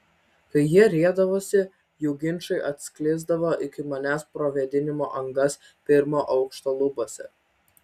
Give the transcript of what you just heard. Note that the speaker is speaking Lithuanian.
kai jie riedavosi jų ginčai atsklisdavo iki manęs pro vėdinimo angas pirmo aukšto lubose